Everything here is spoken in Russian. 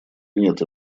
нет